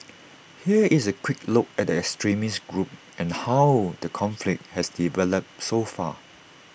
here is A quick look at the extremist group and how the conflict has developed so far